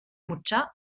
mutter